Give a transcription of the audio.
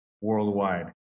worldwide